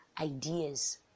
ideas